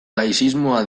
laizismoa